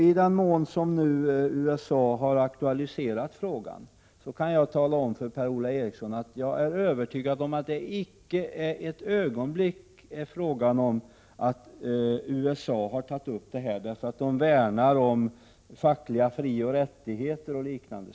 I den mån USA har aktualiserat frågan kan jag tala om för Per-Ola Eriksson att jag är övertygad om att USA icke för ett ögonblick har tagit upp frågan därför att man värnar om fackliga frioch rättigheter etc.